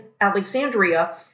Alexandria